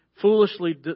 foolishly